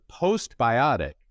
postbiotic